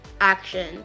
action